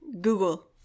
Google